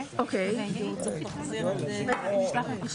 שלא יתייגו אותו כשמאלני או כימני,